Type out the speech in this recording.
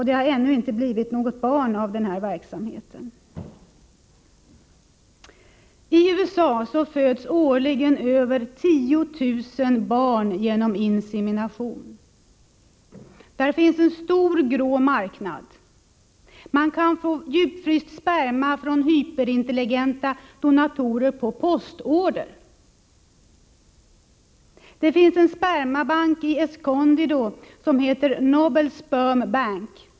Det har ännu inte blivit något barn genom verksamheten. I USA föds årligen över 10 000 barn genom insemination. Där finns en stor grå marknad. Man kan få djupfryst sperma från hyperintelligenta donatorer på postorder. Det finns en spermabank i Escondido som heter Nobel Sperm Bank.